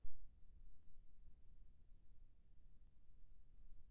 UPI सुविधा शुरू करे बर का करे ले पड़ही?